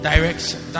Direction